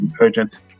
urgent